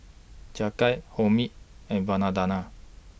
Jagat Homi and